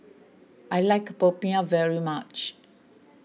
I like Popiah very much